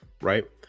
right